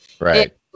Right